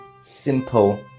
simple